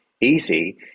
easy